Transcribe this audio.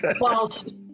Whilst